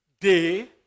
day